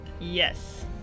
Yes